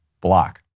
block